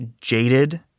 jaded